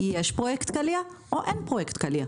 יש פרויקט קליע או אין פרויקט קליע?